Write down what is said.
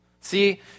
See